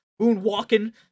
moonwalking